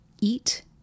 eat